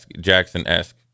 Jackson-esque